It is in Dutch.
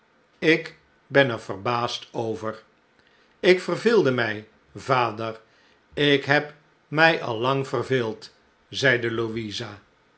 ik ben er verbaasd over ik verveelde mij vader ik heb mij al lang verveeld zeide louisa